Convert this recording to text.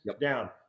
down